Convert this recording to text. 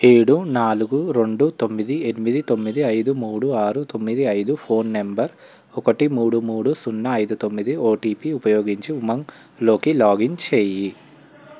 ఏడు నాలుగు రెండు తొమ్మిది ఎనిమిది తొమ్మిది ఐదు మూడు ఆరు తొమ్మిది ఐదు ఫోన్ నంబర్ ఒకటి మూడు మూడు సున్నా ఐదు తొమ్మిది ఓటిపి ఉపయోగించి ఉమంగ్లోకి లాగిన్ చేయి